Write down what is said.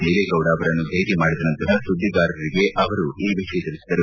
ದೇವೇಗೌಡ ಅವರನ್ನು ಭೇಟಿ ಮಾಡಿದ ನಂತರ ಸುದ್ವಿಗಾರರಿಗೆ ಅವರು ಈ ವಿಷಯ ತಿಳಿಸಿದರು